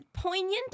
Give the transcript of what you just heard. Poignant